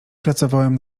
pracowałem